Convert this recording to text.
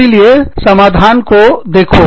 इसीलिए समाधान को देखो